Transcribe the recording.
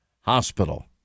hospital